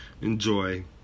enjoy